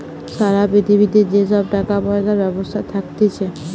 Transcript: সারা পৃথিবীতে যে সব টাকা পয়সার ব্যবস্থা থাকতিছে